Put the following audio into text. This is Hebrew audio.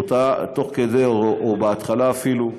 תוך כדי, או בהתחלה אפילו,